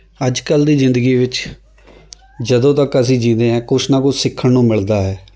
ਅੱਜ ਕੱਲ੍ਹ ਦੀ ਜ਼ਿੰਦਗੀ ਵਿੱਚ ਜਦੋਂ ਤੱਕ ਅਸੀਂ ਜਿਉਂਦੇ ਹਾਂ ਕੁਛ ਨਾ ਕੁਛ ਸਿੱਖਣ ਨੂੰ ਮਿਲਦਾ ਹੈ